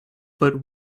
but